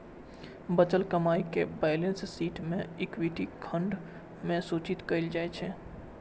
बचल कमाइ कें बैलेंस शीट मे इक्विटी खंड मे सूचित कैल जाइ छै